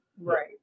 Right